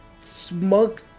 smug